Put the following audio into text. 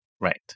Right